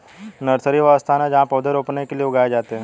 nursery, वह स्थान जहाँ पौधे रोपने के लिए उगाए जाते हैं